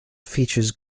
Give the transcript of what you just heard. features